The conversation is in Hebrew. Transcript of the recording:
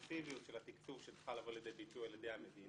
לפרוגרסיביות של התקצוב שצריכה לבוא לידי ביטוי על ידי המדינה,